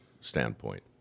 standpoint